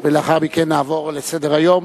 ולאחר מכן נעבור לסדר-היום.